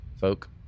folk